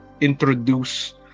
introduce